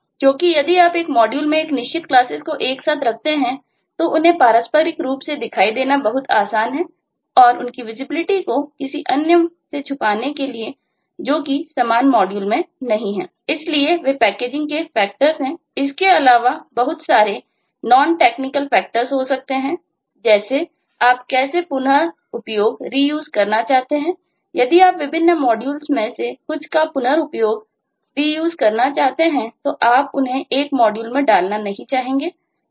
क्योंकि यदि आप एक मॉड्यूल में एक निश्चित क्लासेस को एक साथ रखते हैं तो उन्हें पारस्परिक रूप से दिखाई देना बहुत आसान है और उनकी विजिबिलिटी को किसी अन्य से छुपाने के लिए जो की समान मॉड्यूल में नहीं है